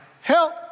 help